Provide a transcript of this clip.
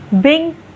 Bing